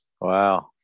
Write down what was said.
Wow